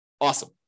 awesome